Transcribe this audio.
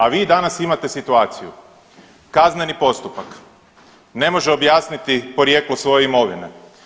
A vi danas imate situaciju kazneni postupak ne može objasniti porijeklo svoje imovine.